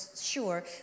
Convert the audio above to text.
sure